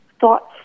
thoughts